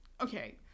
okay